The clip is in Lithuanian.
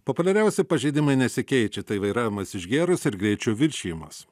populiariausi pažeidimai nesikeičia tai vairavimas išgėrus ir greičio viršijimas